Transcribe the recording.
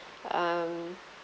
um